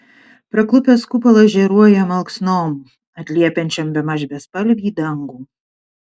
parklupęs kupolas žėruoja malksnom atliepiančiom bemaž bespalvį dangų